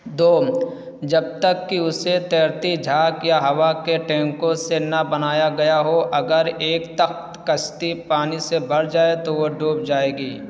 دوم جب تک کہ اسے تیرتی جھاگ یا ہوا کے ٹینکوں سے نہ بنایا گیا ہو اگر ایک تخت کشتی پانی سے بھر جائے تو وہ ڈوب جائے گی